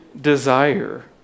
desire